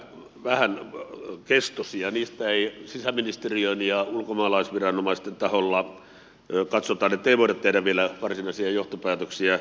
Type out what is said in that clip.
vähän on keskus ja niistä ei sisäministeriön ja ulkomaalaisviranomaisten taholla katsotaan että niistä ei voida tehdä vielä varsinaisia johtopäätöksiä